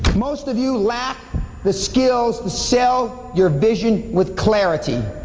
most of you lack the skills to sell your vision with clarity,